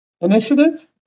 initiative